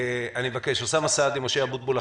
אוסאמה סעדי, משה אבוטבול.